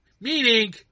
Meaning